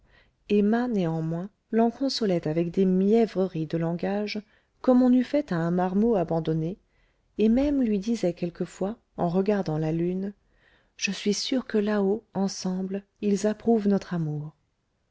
emma néanmoins l'en consolait avec des mièvreries de langage comme on eût fait à un marmot abandonné et même lui disait quelquefois en regardant la lune je suis sûre que là-haut ensemble elles approuvent notre amour